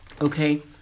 Okay